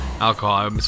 alcohol